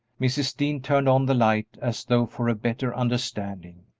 mrs. dean turned on the light as though for a better understanding.